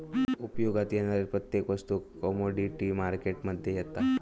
उपयोगात येणारी प्रत्येक वस्तू कमोडीटी मार्केट मध्ये येता